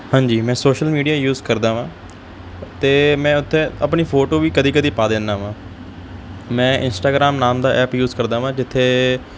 ਹਾਂਜੀ ਮੈਂ social media use ਕਰਦਾ ਹਾਂ ਅਤੇ ਮੈਂ ਉੱਥੇ ਆਪਣੀ ਫੋਟੋ ਵੀ ਕਦੀ ਕਦੀ ਪਾ ਦਿੰਦਾ ਹਾਂ ਮੈਂ ਇੰਸਟਾਗ੍ਰਾਮ ਨਾਮ ਦਾ ਐਪ ਯੂਜ ਕਰਦਾ ਹਾਂ ਜਿੱਥੇ